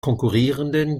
konkurrierenden